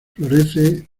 florece